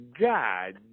God